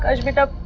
ah shikha.